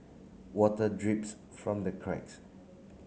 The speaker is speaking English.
water drips from the cracks